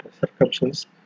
circumstances